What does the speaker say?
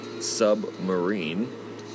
submarine